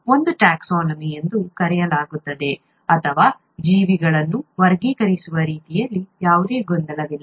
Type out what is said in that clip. ಇದನ್ನು ಟ್ಯಾಕ್ಸಾನಮಿ ಎಂದು ಕರೆಯಲಾಗುತ್ತದೆ ಅಥವಾ ಜೀವಿಗಳನ್ನು ವರ್ಗೀಕರಿಸುವ ರೀತಿಯಲ್ಲಿ ಯಾವುದೇ ಗೊಂದಲವಿಲ್ಲ